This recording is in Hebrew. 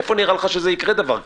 איפה נראה לך שיקרה דבר כזה?